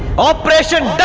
operation